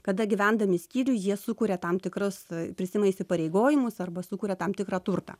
kada gyvendami skyriu jie sukuria tam tikras prisiima įsipareigojimus arba sukuria tam tikrą turtą